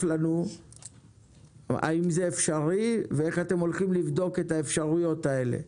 לנו האם זה אפשרי ואיך אתם הולכים לבדוק את האפשרויות האלה.